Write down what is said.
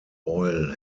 oil